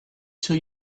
till